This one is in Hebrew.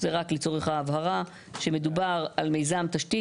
זה רק לצורך ההבהרה שמדובר על מיזם תשתית